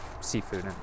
seafood